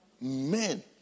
Men